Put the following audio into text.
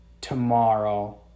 tomorrow